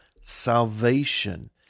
salvation